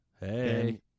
Hey